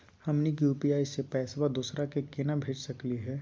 हमनी के यू.पी.आई स पैसवा दोसरा क केना भेज सकली हे?